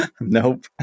Nope